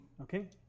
Okay